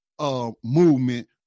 movement